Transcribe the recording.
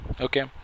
Okay